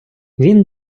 він